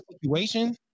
situation